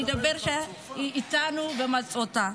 אני אדבר כשהיא איתנו ומצאו אותה.